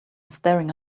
staring